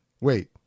Wait